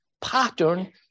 pattern